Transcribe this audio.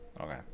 Okay